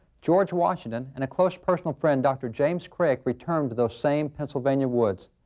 george washington and a close personal friend, dr. james craik returned to those same pennsylvania woods.